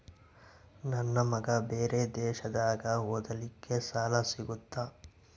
ನನ್ನ ಮಗ ಬೇರೆ ದೇಶದಾಗ ಓದಲಿಕ್ಕೆ ಸಾಲ ಸಿಗುತ್ತಾ?